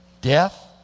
Death